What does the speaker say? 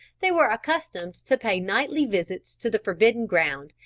they were accustomed to pay nightly visits to the forbidden ground,